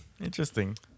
Interesting